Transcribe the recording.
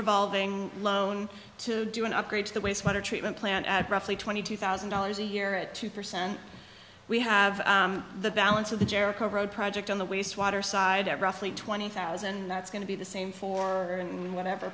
revolving loan to do an upgrade to the wastewater treatment plant add briefly twenty two thousand dollars a year at two percent we have the balance of the jericho road project on the wastewater side at roughly twenty thousand and that's going to be the same for whatever